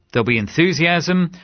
there'll be enthusiasm,